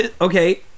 Okay